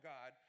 God